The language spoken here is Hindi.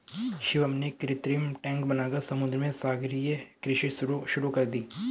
शिवम ने कृत्रिम टैंक बनाकर समुद्र में सागरीय कृषि शुरू कर दी